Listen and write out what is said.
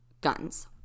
guns